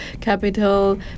capital